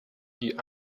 die